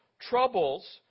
Troubles